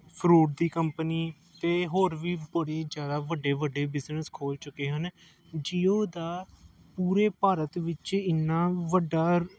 fruit ਦੀ company ਅਤੇ ਹੋਰ ਵੀ ਬੜੀ ਜ਼ਿਆਦਾ ਵੱਡੇ ਵੱਡੇ ਬਿਜ਼ਨਸ ਖੋਲ੍ਹ ਚੁੱਕੇ ਹਨ ਜੀਓ ਦਾ ਪੂਰੇ ਭਾਰਤ ਵਿੱਚ ਇੰਨਾਂ ਵੱਡਾ